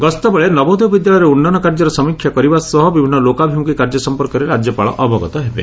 ଗସ୍ତ ବେଳେ ନବୋଦୟ ବିଦ୍ୟାଳୟରେ ଉନ୍ନୟନ କାର୍ଯ୍ୟର ସମୀକ୍ଷା କରିବା ସହ ବିଭିନ୍ ଲୋକାଭିମୁଖୀ କାର୍ଯ୍ୟ ସମ୍ପର୍କରେ ରାଜ୍ୟପାଳ ଅବଗତ ହେବେ